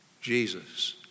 Jesus